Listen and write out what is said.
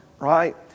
right